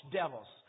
devils